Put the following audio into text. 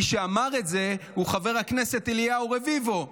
מי שאמר את זה הוא חבר הכנסת אליהו רביבו,